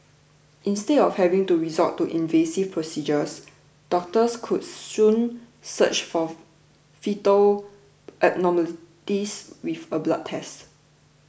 instead of having to resort to invasive procedures doctors could soon search for foetal abnormalities with a blood test